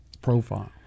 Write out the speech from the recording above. profile